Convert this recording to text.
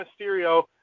Mysterio